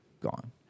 gone